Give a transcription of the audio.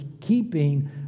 keeping